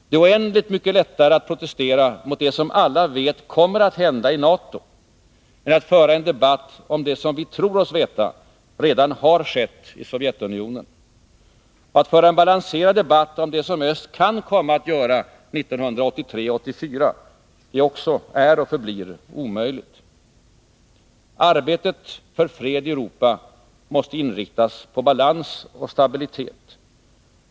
Det är oändligt mycket lättare att protestera mot det som alla vet kommer att hända i NATO än att föra en debatt om det som vi tror oss veta har skett i Sovjetunionen. Och att föra en balanserad debatt om det som öst kan komma att göra 1983 och 1984 är och förblir omöjligt. Arbetet för fred i Europa måste inriktas på balans och stabilitet.